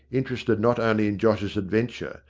interested not only in josh's adventure,